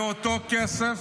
מאותו כסף